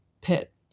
pit